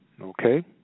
Okay